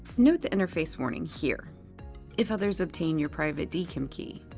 note the interface warning here if others obtain your private dkim key,